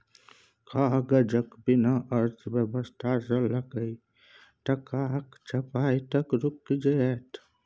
कागजक बिना अर्थव्यवस्था सँ लकए टकाक छपाई तक रुकि जाएत